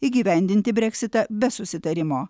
įgyvendinti breksitą be susitarimo